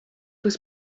was